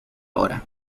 ahora